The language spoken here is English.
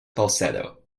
falsetto